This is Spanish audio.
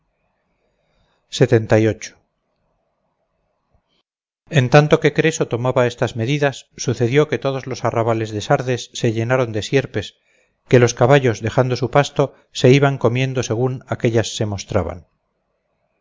en tanto que creso tomaba estas medidas sucedió que todos los arrabales de sardes se llenaron de sierpes que los caballos dejando su pasto se iban comiendo según aquellas se mostraban